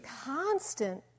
constant